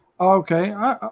okay